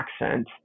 accent